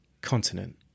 Continent